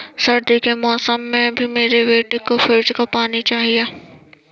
सर्दी के मौसम में भी मेरे बेटे को फ्रिज का पानी चाहिए